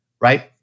right